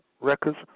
records